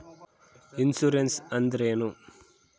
Insurance ಅಂದ್ರೇನು?